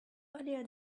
earlier